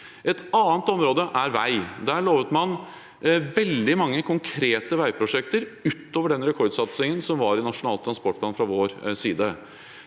Et annet område er vei. Der lovet man veldig mange konkrete veiprosjekter utover den rekordsatsingen som var i Nasjonal transportplan fravår side.